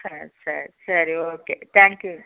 சரி சரி சரி ஓகே தேங்க் யூ